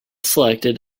selected